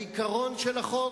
העיקרון של החוק